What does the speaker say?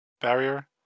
barrier